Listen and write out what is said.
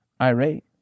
irate